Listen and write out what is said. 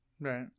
Right